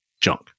junk